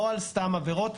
לא על סתם עבירות.